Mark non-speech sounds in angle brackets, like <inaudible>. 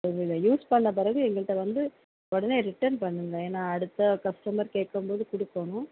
<unintelligible> use பண்ணிண பிறகு எங்கள்கிட்ட வந்து உடனே ரிட்டர்ன் பண்ணுங்க ஏன்னால் அடுத்த கஸ்டமர் கேட்கும் போது கொடுக்கணும்